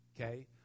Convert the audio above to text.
okay